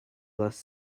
last